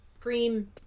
cream